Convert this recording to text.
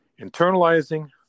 Internalizing